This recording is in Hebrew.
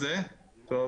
בבקשה, התייחסות לדבריו.